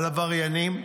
על עבריינים?